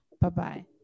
Bye-bye